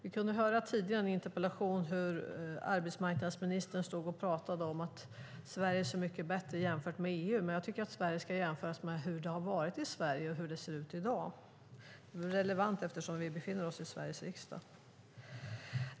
I en tidigare interpellationsdebatt kunde vi höra hur arbetsmarknadsministern pratade om att Sverige är så mycket bättre jämfört med EU. Jag tycker att man ska jämföra hur det har varit i Sverige med hur det ser ut i dag. Det vore relevant eftersom vi befinner oss i Sveriges riksdag.